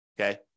okay